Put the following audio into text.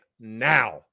now